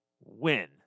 Win